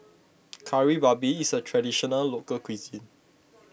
Kari Babi is a Traditional Local Cuisine